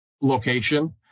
location